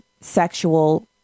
sexual